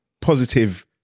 positive